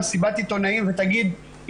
מסיבת עיתונאים ותגיד,